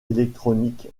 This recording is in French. électronique